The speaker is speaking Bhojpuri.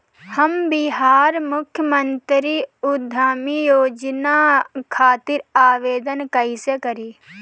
हम बिहार मुख्यमंत्री उद्यमी योजना खातिर आवेदन कईसे करी?